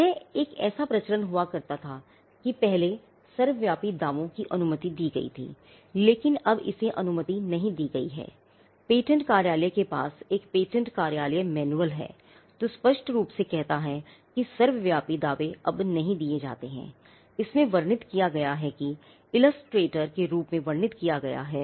यह एक ऐसा प्रचलन हुआ करता था कि पहले सर्वव्यापी दावों के रूप में वर्णित किया गया है